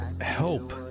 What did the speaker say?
help